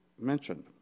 mentioned